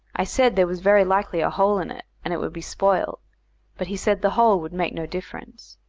i said there was very likely a hole in it, and it would be spoiled but he said the hole would make no difference.